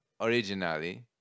originally